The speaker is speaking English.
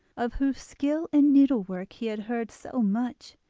of whose skill in needlework he had heard so much,